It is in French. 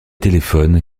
téléphones